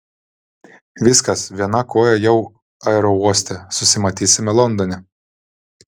viskas viena koja jau aerouoste susimatysime londone